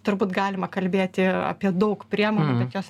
turbūt galima kalbėti apie daug priemonių bet jos